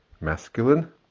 masculine